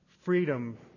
freedom